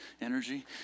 energy